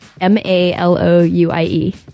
M-A-L-O-U-I-E